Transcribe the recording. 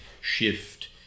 shift